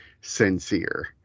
sincere